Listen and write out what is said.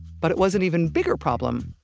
but it was an even bigger problem,